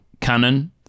cannon